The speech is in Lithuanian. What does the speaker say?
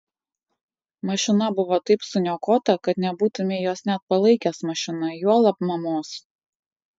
mašina buvo taip suniokota kad nebūtumei jos net palaikęs mašina juolab mamos